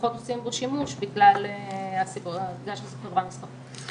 פחות עושים בו שימוש בגלל העובדה שזו חברה מסחרית.